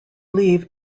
leave